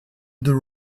the